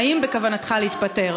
האם בכוונתך להתפטר?